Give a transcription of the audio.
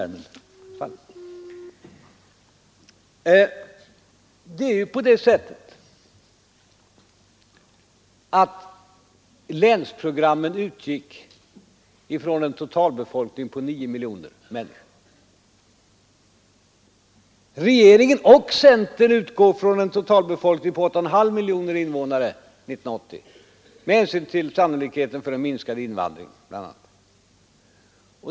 Ja, det är ju inte fråga om dueller nu. Länsprogrammen utgick ifrån en totalbefolkning på nio miljoner invånare. Regeringen och centern utgår från en totalbefolkning på 8,5 miljoner invånare år 1980 med hänsyn bl.a. till sannolikheten av en minskad invandring.